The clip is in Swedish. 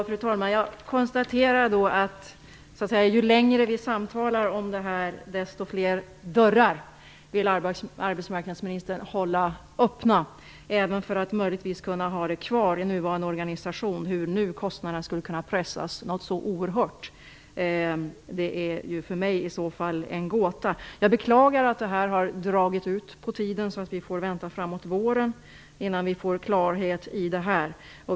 Fru talman! Jag konstaterar att ju längre vi samtalar om detta desto fler dörrar vill arbetsmarknadsministern hålla öppna, möjligtvis även för att kunna ha nuvarande organisation kvar. Hur nu kostnaderna skulle kunna pressas något så oerhört i så fall, det är för mig en gåta. Jag beklagar att detta har dragit ut på tiden så att vi får vänta framåt våren innan vi får klarhet.